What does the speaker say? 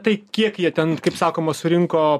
tai kiek jie ten kaip sakoma surinko